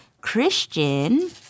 Christian